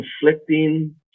conflicting